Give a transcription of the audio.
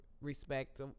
respect